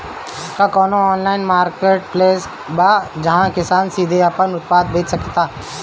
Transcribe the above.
का कोनो online marketplace बा जहां किसान सीधे अपन उत्पाद बेच सकता?